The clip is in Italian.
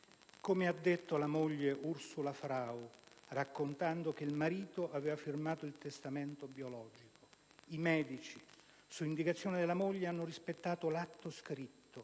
come ha detto la moglie Ursula, raccontando che il marito aveva firmato il testamento biologico - i medici, su indicazione della moglie, hanno rispettato l'atto scritto,